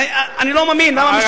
אגב,